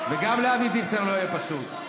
וגם לאבי דיכטר לא יהיה פשוט,